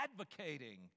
advocating